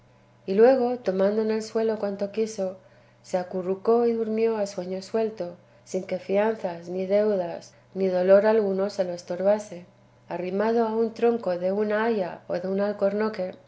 y luego tomando en el suelo cuanto quiso se acurrucó y durmió a sueño suelto sin que fianzas ni deudas ni dolor alguno se lo estorbase don quijote arrimado a un tronco de una haya o de un